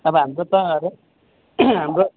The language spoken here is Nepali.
अब हाम्रो त हाम्रो